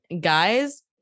guys